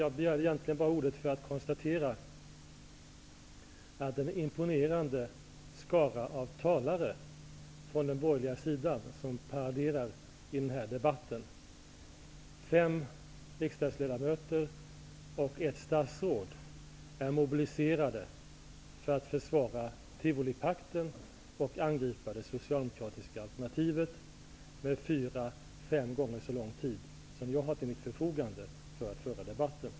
Jag begärde egentligen ordet för att konstatera att den imponerande skara av talare från den borgerliga sidan som paraderar i denna debatt -- fem riksdagsledamöter och ett statsråd -- är mobiliserade för att försvara tivolipakten och angripa det socialdemokratiska alternativet under fyra, fem gånger så lång tid som jag har till mitt förfogande för att föra debatten.